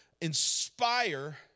inspire